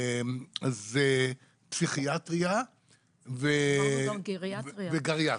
זה פסיכיאטריה וגריאטריה.